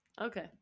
Okay